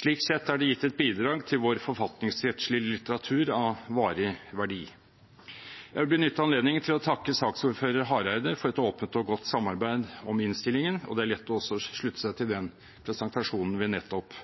Slik sett er det gitt et bidrag til vår forfatningsrettslige litteratur av varig verdi. Jeg vil benytte anledningen til å takke saksordfører Hareide for et åpent og godt samarbeid om innstillingen, og det er lett også å slutte seg til den presentasjonen vi nettopp